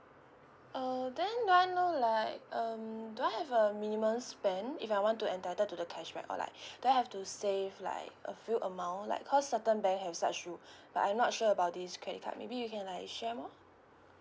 err then one no like um do I have a minimum spend if I want to entitled to the cashback or like there have to save like a few amount like cause certain bank have such rule but I not sure about this credit card maybe you can like share more